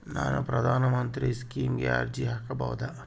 ನಾನು ಪ್ರಧಾನ ಮಂತ್ರಿ ಸ್ಕೇಮಿಗೆ ಅರ್ಜಿ ಹಾಕಬಹುದಾ?